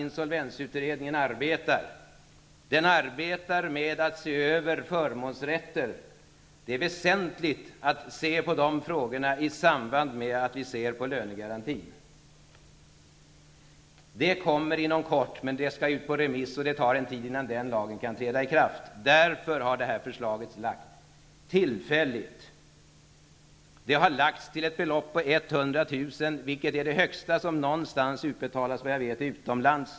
Insolvensutredningen arbetar ju med en översyn av förmånsrätter. Det är väsentligt att se på de frågorna i samband med att vi tittar på lönegarantin. Så blir det inom kort. Men framlagda förslag skall ut på remiss, så det tar en tid innan lagen kan träda i kraft. Därför har det aktuella förslaget lagts fram tillfälligt. 100 000 kr. Det är det högsta belopp som, såvitt jag vet, någonsin medgetts i utlandet.